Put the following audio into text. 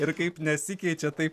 ir kaip nesikeičia taip